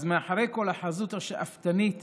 אז מאחורי כל החזות השאפתנית